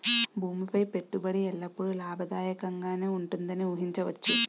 భూమి పై పెట్టుబడి ఎల్లప్పుడూ లాభదాయకంగానే ఉంటుందని ఊహించవచ్చు